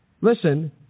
listen